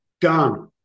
done